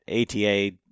ATA